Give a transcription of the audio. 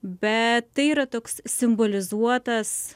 bet tai yra toks simbolizuotas